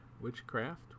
witchcraft